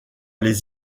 les